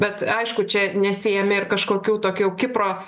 bet aišku čia nesiėmė ir kažkokių tokių kipro